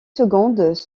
secondes